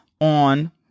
on